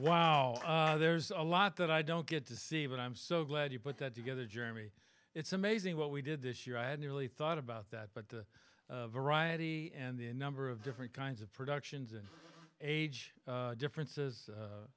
wow there's a lot that i don't get to see but i'm so glad you put that together germy it's amazing what we did this year i had nearly thought about that but the variety and the number of different kinds of productions and age differences